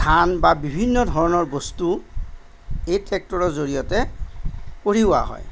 ধান বা বিভিন্ন ধৰণৰ বস্তু এই ট্ৰেক্টৰৰ জৰিয়তে কঢ়িওৱা হয়